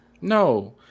No